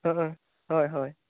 ᱦᱳᱭ ᱦᱳᱭ